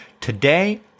Today